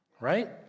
right